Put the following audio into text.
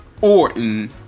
Orton